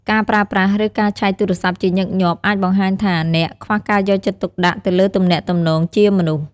ការប្រើប្រាស់ ឬការឆែកទូរស័ព្ទជាញឹកញាប់អាចបង្ហាញថាអ្នក ខ្វះការយកចិត្តទុកដាក់ទៅលើទំនាក់ទំនងជាមនុស្ស។